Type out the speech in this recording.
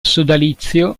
sodalizio